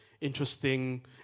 interesting